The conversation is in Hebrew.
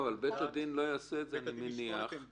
אבל אני מניח שבית הדין לא יעשה את זה